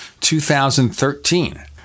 2013